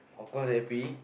of course happy